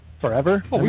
forever